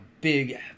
big